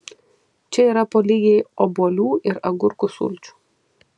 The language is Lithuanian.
čia yra po lygiai obuolių ir agurkų sulčių